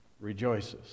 rejoices